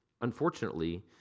Unfortunately